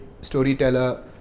storyteller